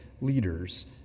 leaders